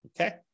Okay